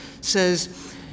says